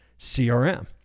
CRM